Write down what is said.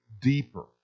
deeper